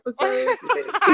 episode